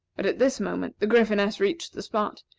but at this moment, the gryphoness reached the spot,